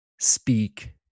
speak